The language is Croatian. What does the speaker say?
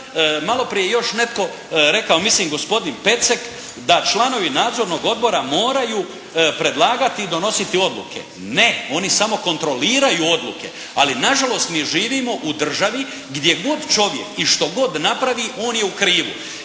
maloprije je još netko rekao, mislim gospodin Pecek da članovi nadzornog odbora moraju predlagati i donositi odluke. Ne, oni samo kontroliraju odluke. Ali nažalost mi živimo u državi gdje god čovjek i što god napravi on je u krivu.